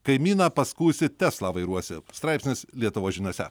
kaimyną paskųsi teslą vairuosi straipsnis lietuvos žiniose